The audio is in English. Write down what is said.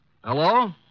Hello